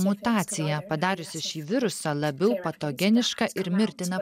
mutacija padariusi šį virusą labiau patogenišką ir mirtiną